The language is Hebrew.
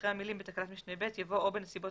אחרי המילים "בתקנת משנה (ב)" יבוא "או בנסיבות